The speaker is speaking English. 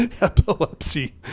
epilepsy